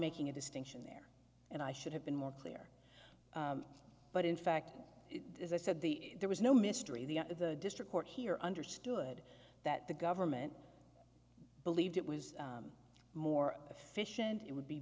making a distinction there and i should have been more clear but in fact as i said the there was no mystery the the district court here understood that the government believed it was more efficient it would be